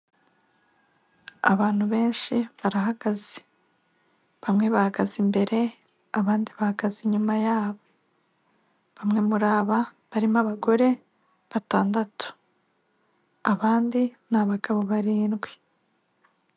Abantu benshi barahagaze bamwe bahagaze imbere abandi bahagaze inyuma yabo bamwe muri aba barimo abagore batandatu abandi ni abagabo barindwi.